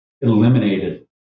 eliminated